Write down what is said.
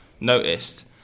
noticed